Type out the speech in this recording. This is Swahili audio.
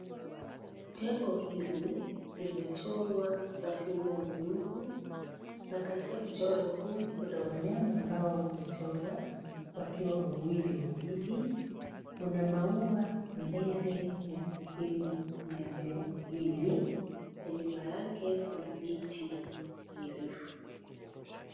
Jengo hili limechorwa safina ya Ayubu na katika mchoro huu kuna wanyama ambao wamechorwa wakiwa wawili wawili. Kuna maua mbele ya sehemu ya jengo hili na nyuma yake kuna viti virefu.